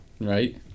Right